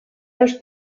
dos